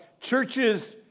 churches